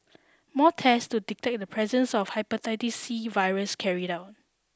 more test to detect the presence of hepatitis C virus carried out